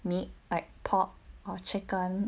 meat like pork or chicken